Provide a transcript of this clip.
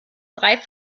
drei